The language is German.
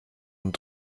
und